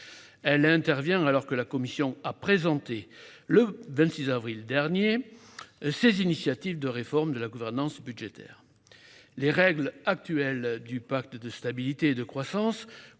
Elle intervient alors que la Commission européenne a présenté, le 26 avril dernier, ses initiatives de réforme de la gouvernance budgétaire. Les règles actuelles du pacte de stabilité et de croissance